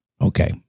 Okay